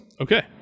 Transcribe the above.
Okay